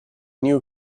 new